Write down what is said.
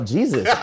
Jesus